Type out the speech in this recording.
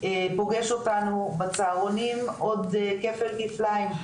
פוגש אותנו בצהרונים עוד כפל כפליים,